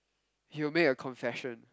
you make a confession